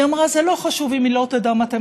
היא אמרה: זה לא חשוב אם היא לא תדע מתמטיקה,